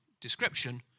description